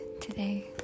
today